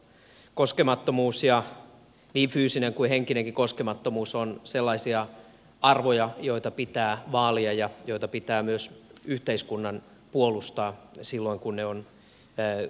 koskemattomuus ja niin fyysinen kuin henkinenkin koskemattomuus ovat sellaisia arvoja joita pitää vaalia ja joita pitää myös yhteiskunnan puolustaa silloin kun ne ovat uhattuina